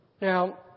Now